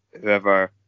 whoever